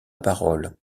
parole